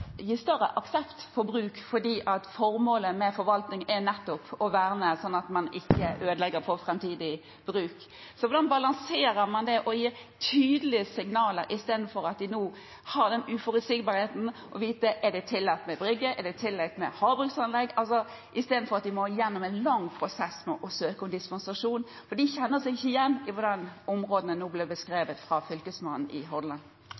gir større aksept for bruk. Formålet med forvaltning er jo nettopp å verne, slik at man ikke ødelegger for framtidig bruk. Hvordan balanserer man det og gir tydelige signaler – i stedet for at man nå har en uforutsigbarhet når det gjelder å vite om det er tillatt med brygge, tillatt med havbruksanlegg, osv., i stedet for at man må igjennom en lang prosess med å søke om dispensasjon? Man kjenner seg ikke igjen i hvordan områdene nå blir beskrevet av Fylkesmannen i